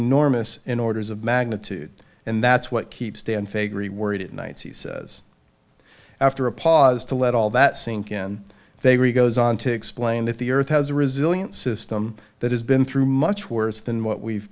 enormous in orders of magnitude and that's what keeps stan fakhri worried at night he says after a pause to let all that sink in they were he goes on to explain that the earth has a resilient system that has been through much worse than what we've